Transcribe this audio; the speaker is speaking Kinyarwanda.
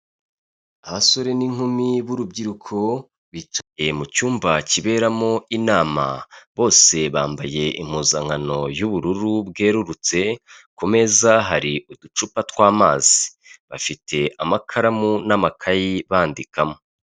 Icyapa cyerekana serivisi zitangwa n'ikigo cyitwa buritamu. Turimo turabonamo ko buritamu ari ubwishingizi bwo kwivuza buhendutse, bwagenewe ibigo bitandukanye harimo ibigo bito, ibigo by'imari, sako n'amakoperative, ibigo bya leta, ibigo by'amashuri, ibigo by'abihayeyimana ndetse n'ubundi buryo butandukanye. Ushobora kuba udafite ubwishingizi, ushobora kwibaza uburyo wakwivuza ariko buritamo ni igisubizo cyawe, kugira ngo ube wakwivuza kandi nawe ku giti cyawe wabigeraho.